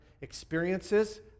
experiences